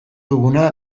duguna